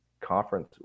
conference